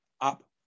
up